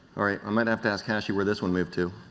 all right. i might have to ask hashy where this one moved to.